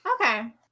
Okay